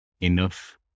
enough